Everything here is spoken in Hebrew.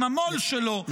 עם המו"ל שלו,